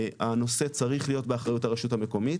הנושא צריך להיות באחריות הרשות המקומית,